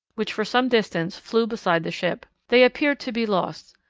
which for some distance flew beside the ship. they appeared to be lost,